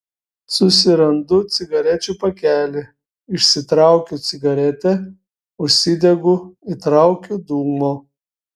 susirandu cigarečių pakelį išsitraukiu cigaretę užsidegu įtraukiu dūmo